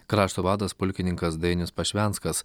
krašto vadas pulkininkas dainius pašvenskas